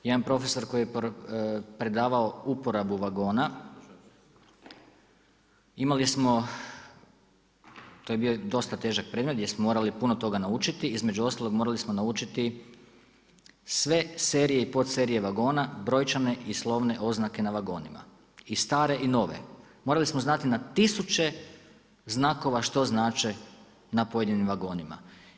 Jedan profesor koji je predavao uporabu vagona imali smo to je bio dosta težak predmet gdje smo morali puno toga naučiti, između ostalog morali smo naučiti sve serije i podserije vagona, brojčane i slovne oznake na vagonima i stare i nove, morali smo znati na tisuće znakova što znače na pojedinim vagonima.